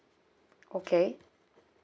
okay